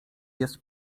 jest